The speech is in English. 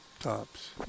tops